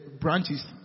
branches